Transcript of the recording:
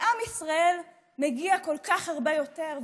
לעם ישראל מגיע כל כך הרבה יותר.